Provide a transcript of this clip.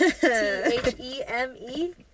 T-H-E-M-E